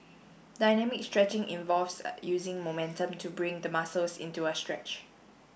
dynamic stretching involves a using momentum to bring the muscles into a stretch